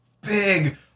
big